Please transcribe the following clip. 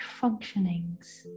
functionings